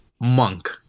Monk